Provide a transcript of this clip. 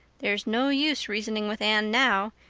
there's no use reasoning with anne now.